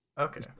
Okay